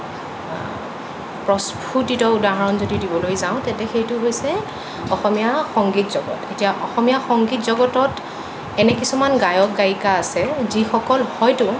প্ৰস্ফুটিত উদাহৰণ যদি দিবলৈ যাওঁ তেন্তে সেইটো হৈছে অসমীয়া সংগীত জগত এতিয়া অসমীয়া সংগীত জগতত এনে কিছুমান গায়ক গায়িকা আছে যিসকল হয়তো